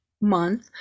month